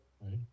right